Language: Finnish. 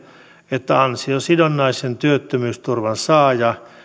että ansiosidonnaisen työttömyysturvan saaja